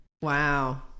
Wow